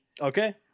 Okay